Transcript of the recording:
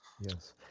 Yes